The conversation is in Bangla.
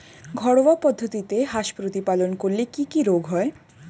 ঘরোয়া পদ্ধতিতে হাঁস প্রতিপালন করলে কি কি রোগ হয়?